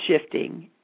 shifting